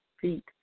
feet